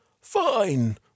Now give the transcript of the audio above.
Fine